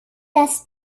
das